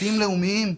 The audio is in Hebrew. דתיים לאומיים,